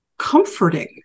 comforting